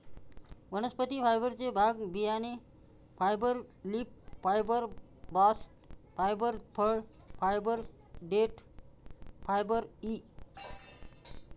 वनस्पती फायबरचे भाग बियाणे fibre, leaf fibre, bast fibre, फळ फायबर, देठ फायबर इ